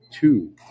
Two